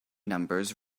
numbers